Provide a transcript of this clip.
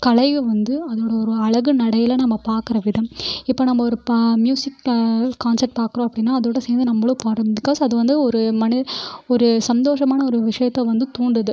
கலையை வந்து அதோட ஒரு அழகு நடையில் நம்ம பார்க்கற விதம் இப்போ நம்ம ஒரு பா ம்யூசிக் கான்செர்ட் பார்க்கறோம் அப்படின்னா அதோட சேர்ந்து நம்மளும் பாடுறோம் பிக்காஸ் அது வந்து ஒரு மனு ஒரு சந்தோஷமான ஒரு விஷயத்த வந்து தூண்டுது